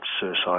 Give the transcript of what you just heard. suicide